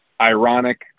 ironic